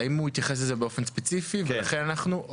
האם הוא התייחס לזה באופן ספציפי ולכן אנחנו?